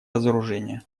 разоружения